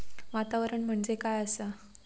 वातावरण म्हणजे काय असा?